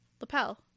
lapel